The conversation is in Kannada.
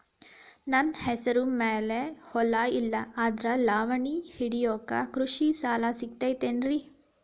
ನನ್ನ ಹೆಸರು ಮ್ಯಾಲೆ ಹೊಲಾ ಇಲ್ಲ ಆದ್ರ ಲಾವಣಿ ಹಿಡಿಯಾಕ್ ಕೃಷಿ ಸಾಲಾ ಸಿಗತೈತಿ ಏನ್ರಿ?